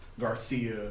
Garcia